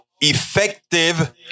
effective